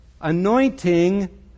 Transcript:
anointing